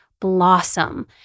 blossom